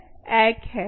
ठीक है